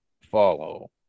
follow